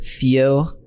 theo